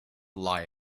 lie